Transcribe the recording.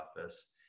office